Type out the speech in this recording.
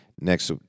next